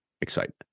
excitement